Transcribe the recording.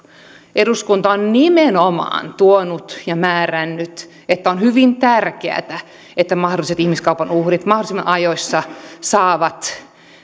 eduskunta on nimenomaan tuonut ja määrännyt että on hyvin tärkeätä että mahdolliset ihmiskaupan uhrit mahdollisimman ajoissa saavat